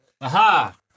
Aha